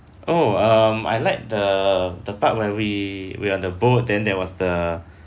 oh um I like the the part when we we're on the boat then there was the